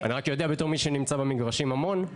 אני רק יודע בתור מי שנמצא במגרשים המון,